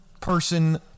person